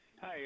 Hi